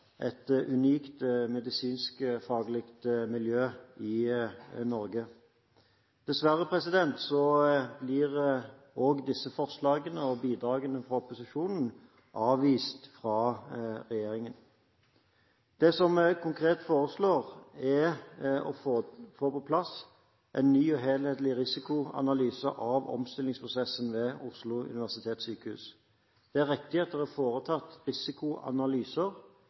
et unikt medisinsk faglig miljø i Norge. Dessverre blir også disse forslagene og bidragene fra opposisjonen avvist av regjeringen. Det vi konkret foreslår, er å få på plass en ny og helhetlig risikoanalyse av omstillingsprosessen ved Oslo universitetssykehus. Det er riktig at det er foretatt risikoanalyser,